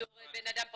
מה, בתור בנאדם פרטי?